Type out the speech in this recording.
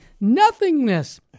nothingness